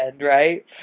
right